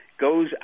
goes